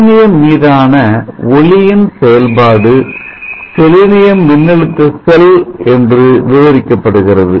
selenium மீதான ஒளியின் செயல்பாடு செலினியம் ஒளிமின்னழுத்த செல் என்று விவரிக்கப்படுகிறது